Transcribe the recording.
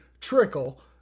Trickle